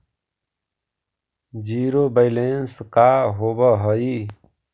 Zero balance का होव हइ?